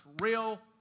real